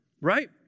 right